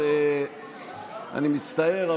אני מצטער,